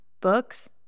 books